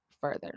further